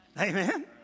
Amen